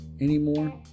anymore